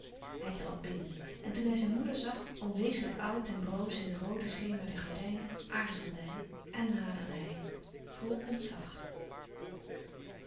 hij trad binnen en toen hij zijn moeder zag onwezenlijk oud en broos in den rooden schemer der gordijnen aarzelde hij en naderde hij vol ontzag